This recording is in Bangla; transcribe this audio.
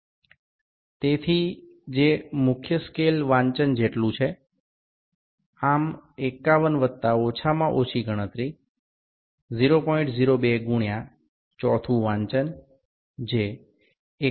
সুতরাং যা এইভাবে মূল স্কেলর পাঠ সমান ৫১ যুক্ত ন্যূনতম গণনা ০০২ গুণিতক ৪র্থ পাঠ যা ৫১০৮ মিমির এর সমান এটি বাহ্যিক ব্যাস